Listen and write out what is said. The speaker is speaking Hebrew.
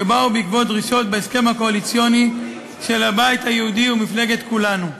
שבאו בעקבות דרישות בהסכם הקואליציוני של הבית היהודי ומפלגת כולנו.